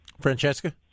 Francesca